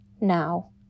now